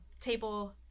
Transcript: table